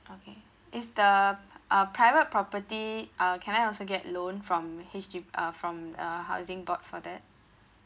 okay is the uh private property uh can I also get loan from H_D uh from uh housing board for that